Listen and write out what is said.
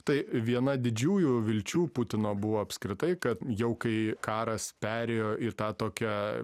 tai viena didžiųjų vilčių putino buvo apskritai kad jau kai karas perėjo į tą tokią